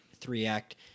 three-act